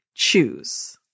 choose